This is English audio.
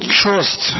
trust